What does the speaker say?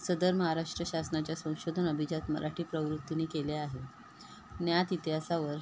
सदर महाराष्ट्र शासनाच्या संशोधन अभिजात मराठी प्रवृत्तीनी केले आहे ज्ञात इतिहासावर